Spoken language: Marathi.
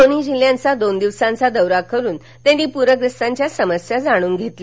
दोन्ही जिल्ह्यांचा दोन दिवसांचा दौरा करून त्यांनी प्रग्रस्तांच्या समस्या जाणून घेतल्या